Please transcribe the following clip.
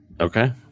okay